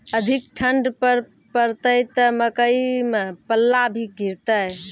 अधिक ठंड पर पड़तैत मकई मां पल्ला भी गिरते?